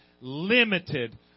limited